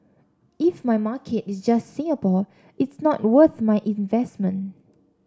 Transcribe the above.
if my market is just Singapore it's not worth my investment